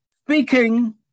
Speaking